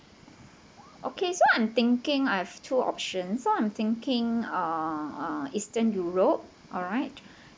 okay so I'm thinking I have two options so I'm thinking uh uh eastern europe alright